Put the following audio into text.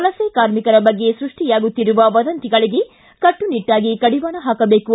ವಲಸೆ ಕಾರ್ಮಿಕರ ಬಗ್ಗೆ ಸೃಷ್ಟಿಯಾಗುತ್ತಿರುವ ವದಂತಿಗಳಿಗೆ ಕಟ್ನನಿಟ್ಟಾಗಿ ಕಡಿವಾಣ ಹಾಕಬೇಕು